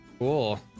Cool